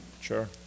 Sure